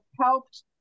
helped